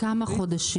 "כמה חודשים".